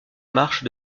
marche